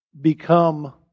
become